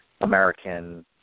American